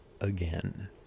again